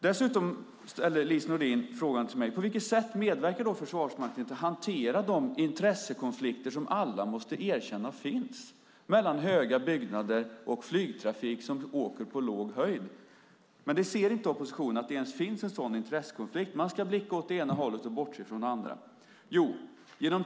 Dessutom frågar Lise Nordin mig: På vilket sätt medverkar Försvarsmakten till att hantera de intressekonflikter som alla måste erkänna finns mellan höga byggnader och flygtrafik som åker på låg höjd? Men oppositionen ser inte ens att det finns en sådan intressekonflikt, utan man ska blicka åt bara det ena hållet och bortse från det andra.